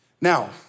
Now